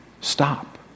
stop